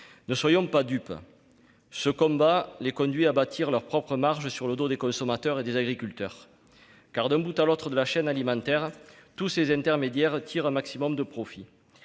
Ne soyons pas dupes, ce combat les conduit à bâtir leurs propres marges sur le dos des consommateurs et des agriculteurs : d'un bout à l'autre de la chaîne alimentaire, tous ces intermédiaires font un maximum de profits